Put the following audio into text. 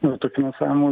na to finansavimo